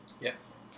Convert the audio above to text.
Yes